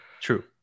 True